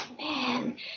man